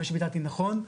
מקווה שאמרתי נכון,